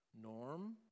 norm